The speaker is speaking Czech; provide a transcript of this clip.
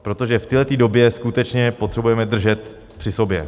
Protože v téhle té době skutečně potřebujeme držet při sobě.